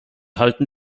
halten